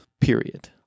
period